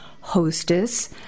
hostess